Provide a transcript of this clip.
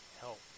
help